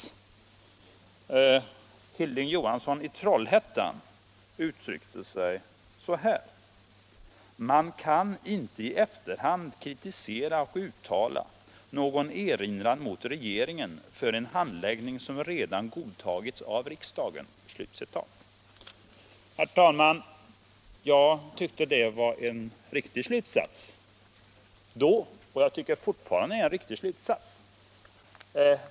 — statsrådens Hilding Johansson i Trollhättan uttryckte sig så här: ”Man kan inte i = tjänsteutövning efterhand kritisera och uttala någon erinran mot regeringen för en hand = m.m. läggning som redan godtagits av riksdagen.” Herr talman! Jag tyckte det var en riktig slutsats då, och jag tycker Övriga frågor fortfarande den är riktig.